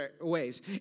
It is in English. ways